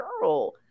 girl